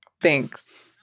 thanks